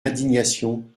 indignation